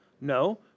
No